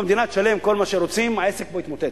אם המדינה תשלם כל מה שרוצים, העסק פה יתמוטט.